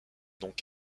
donc